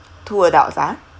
two adults ah